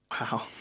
Wow